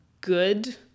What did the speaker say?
good